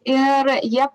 ir jie